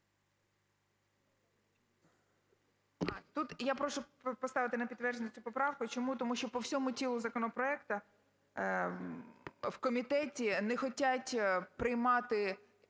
Тут я прошу поставити на підтвердження цю поправку чому, тому що по всьому тілу законопроекту в комітеті не хочуть приймати